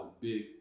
big